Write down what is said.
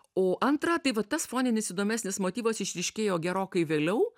o antra tai va tas foninis įdomesnis motyvas išryškėjo gerokai vėliau